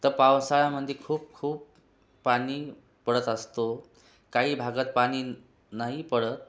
तं पावसाळ्यामंदी खूपखूप पाणी पडत असतो काही भागात पाणी नाही पडत